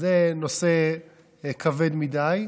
זה נושא כבד מדי.